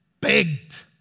begged